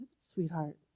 Sweetheart